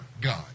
God